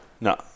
No